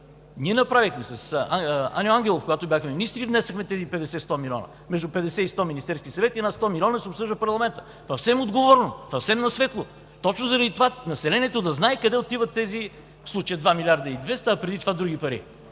ние направихме, с Аню Ангелов, когато бяхме министри, внесохме тези 50 – 100 милиона. Между 50 и 100 милиона – в Министерския съвет, и на 100 милиона се обсъжда в парламента съвсем отговорно, съвсем на светло. Точно заради това – населението да знае къде отиват в случая тези 2 млрд. 200 млн. лв., а преди това други пари.